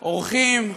אורחים,